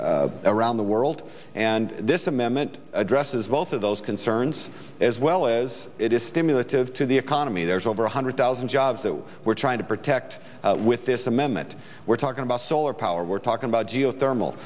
change around the world and this amendment addresses both of those concerns as well as it is stimulative to the economy there's over one hundred thousand jobs that we're trying to protect with this amendment we're talking about solar power we're talking about geothermal